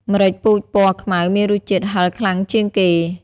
ម្រេចពូជពណ៌ខ្មៅមានរសជាតិហិរខ្លាំងជាងគេ។